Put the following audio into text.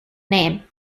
name